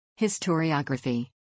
Historiography